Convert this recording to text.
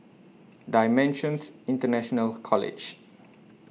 DImensions International College